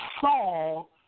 Saul